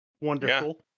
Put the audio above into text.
wonderful